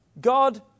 God